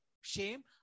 shame